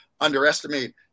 underestimate